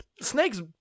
Snake's